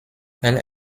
elle